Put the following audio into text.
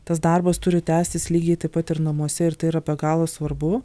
tas darbas turi tęstis lygiai taip pat ir namuose ir tai yra be galo svarbu